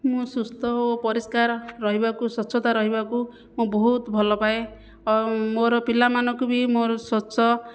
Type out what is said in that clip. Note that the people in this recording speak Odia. ମୁଁ ସୁସ୍ଥ ଓ ପରିଷ୍କାର ରହିବାକୁ ସ୍ୱଚ୍ଛତା ରହିବାକୁ ମୁଁ ବହୁତ ଭଲ ପାଏ ମୋ'ର ପିଲାମାନଙ୍କୁ ବି ମୋ'ର ସ୍ୱଚ୍ଛ